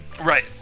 Right